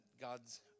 God's